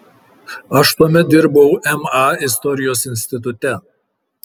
aš tuomet dirbau ma istorijos institute